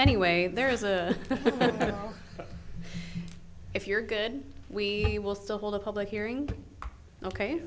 anyway there is a if you're good we will still hold a public hearing ok